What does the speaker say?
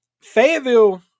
Fayetteville